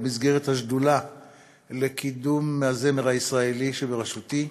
במסגרת השדולה לקידום הזמר הישראלי שבראשותי,